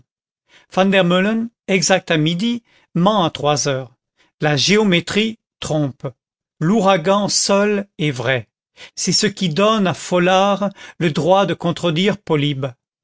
exact à midi ment à trois heures la géométrie trompe l'ouragan seul est vrai c'est ce qui donne à folard le droit de contredire polybe